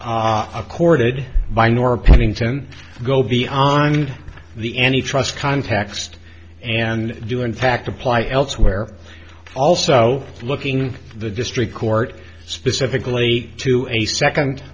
accorded by nor pennington go beyond the any trust context and do in fact apply elsewhere also looking in the district court specifically to a second